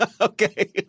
Okay